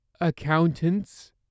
accountants